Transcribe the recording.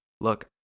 look